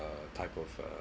type of uh